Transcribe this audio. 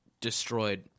destroyed